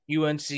UNC